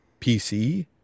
PC